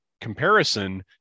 comparison